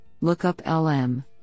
Lookup-LM